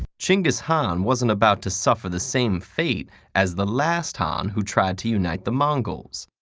genghis khan wasn't about to suffer the same fate as the last khan who tried to unite the mongols,